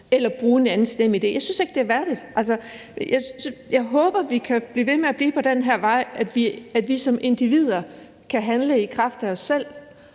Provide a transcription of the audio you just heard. eller bruge en andens NemID. Jeg synes ikke, det er værdigt. Altså, jeg håber, at vi kan blive ved med at blive på den her vej; at vi som individer kan handle i kraft af os selv